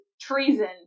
treason